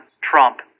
Trump